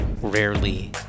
rarely